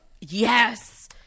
Yes